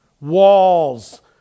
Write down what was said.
Walls